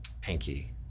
pinky